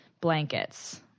blankets